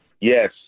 Yes